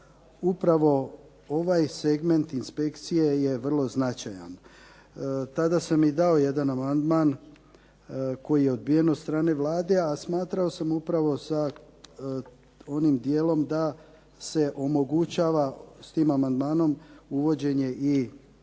upravo ovaj segment inspekcije je vrlo značajan. Tada sam i dao jedan amandman koji je odbijen od strane Vlade, a smatrao sam upravo sa onim dijelom da se omogućava s tim amandmanom uvođenje i